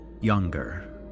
Younger